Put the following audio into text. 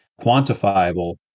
quantifiable